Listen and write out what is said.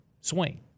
swing